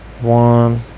One